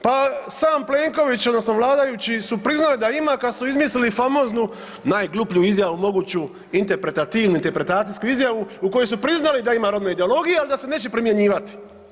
Pa sam Plenković odnosno vladajući su priznali da ima kad su izmislili famoznu najgluplju izjavu moguću ... interpretacijsku izjavu, u kojoj su priznali da ima rodne ideologije, ali da se neće primjenjivati.